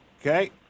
Okay